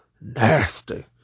nasty